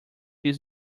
his